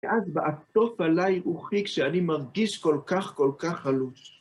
ואז בעטוף עליי רוחי שאני מרגיש כל כך כל כך חלוש.